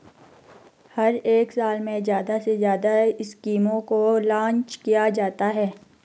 हर एक साल में ज्यादा से ज्यादा स्कीमों को लान्च किया जाता है